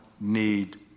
need